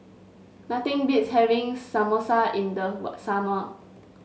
nothing beats having Samosa in the summer